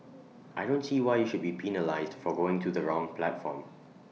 I don't see why you should be penalised for going to the wrong platform